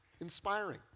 inspiring